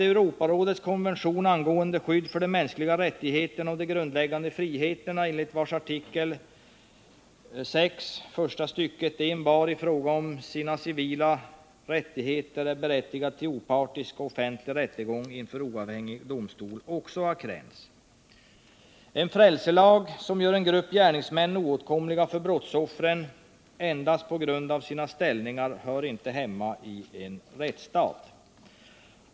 Europarådets konvention angående skydd för de mänskliga rättigheterna och de grundläggande friheterna, enligt vars artikel 6, första stycket, envar i fråga om sina civila rättigheter är berättigad till opartisk och offentlig rättegång inför oavhängig domstol, har också kränkts. En frälselag, som gör att en grupp gärningsmän blir oåtkomliga för brottsoffren endast på grund av sina ställningar hör inte hemma i en rättsstat.